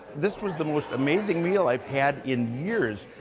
this was the most amazing meal i've had in years.